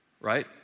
right